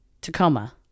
Tacoma